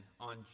on